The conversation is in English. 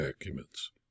documents